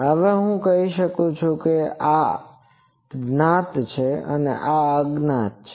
હવે હું કહી શકું કે આ જ્ઞાત છે અને આ અજ્ઞાત છે